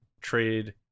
trade